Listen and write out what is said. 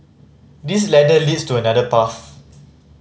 this ladder leads to another path